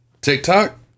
TikTok